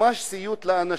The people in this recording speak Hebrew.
ממש סיוט לאנשים,